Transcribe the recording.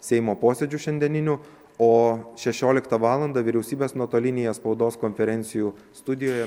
seimo posėdžių šiandieniniu o šešioliktą valandą vyriausybės nuotolinėje spaudos konferencijų studijoje